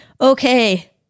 Okay